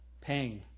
Pain